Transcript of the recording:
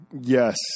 Yes